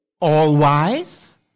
all-wise